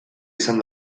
izan